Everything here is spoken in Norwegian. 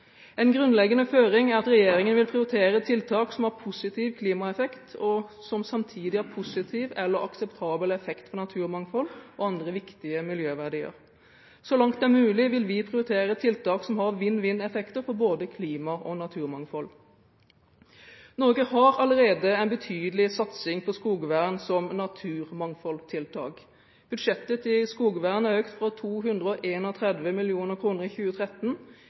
En grunnleggende føring er at regjeringen vil prioritere tiltak som har positiv klimaeffekt, og som samtidig har positiv eller akseptabel effekt for naturmangfold og andre viktige miljøverdier. Så langt det er mulig, vil vi prioritere tiltak som har vinn-vinn-effekter for både klima og naturmangfold. Norge har allerede en betydelig satsing på skogvern som naturmangfoldtiltak. Budsjettet til skogvern er økt fra 231 mill. kr i 2013 til 331 mill. kr i